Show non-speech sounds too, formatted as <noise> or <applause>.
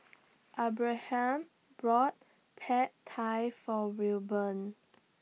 <noise> Abraham bought Pad Thai For Wilburn